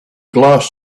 glass